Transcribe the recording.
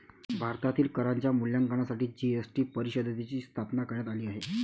भारतातील करांच्या मूल्यांकनासाठी जी.एस.टी परिषदेची स्थापना करण्यात आली आहे